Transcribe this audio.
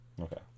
Okay